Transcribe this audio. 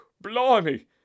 blimey